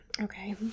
okay